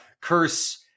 curse